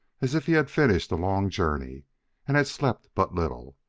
as if he had finished a long journey and had slept but little.